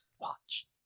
watch